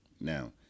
Now